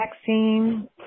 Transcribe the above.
vaccine